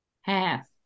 Half